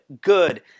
good